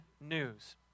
news